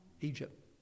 Egypt